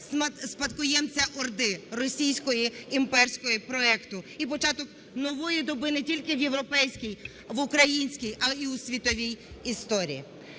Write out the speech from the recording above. спадкоємця орди - російського імперського проекту - і початок нової доби не тільки в європейській, в українській, а і у світовій історії.